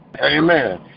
Amen